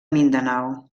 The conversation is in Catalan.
mindanao